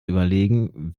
überlegen